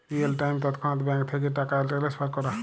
real time তৎক্ষণাৎ bank থ্যাইকে টাকা টেলেসফার ক্যরা